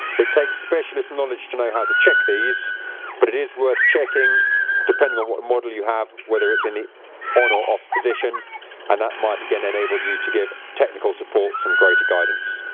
it takes specialist knowledge to know how to check these but it is worth checking depending on what model you have, whether it's in it on or off position and that might again enable you to give technical support some greater guidance.